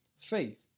Faith